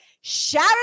shout